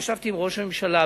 ישבתי עם ראש הממשלה,